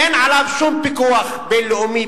אין עליו שום פיקוח בין-לאומי,